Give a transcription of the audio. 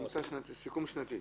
סיכום שנתי.